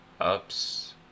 ups